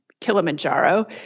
Kilimanjaro